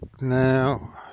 now